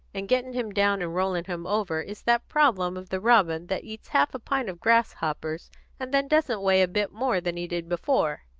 and getting him down and rolling him over, is that problem of the robin that eats half a pint of grasshoppers and then doesn't weigh a bit more than he did before.